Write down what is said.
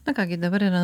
na ką gi dabar yra